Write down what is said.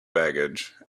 baggage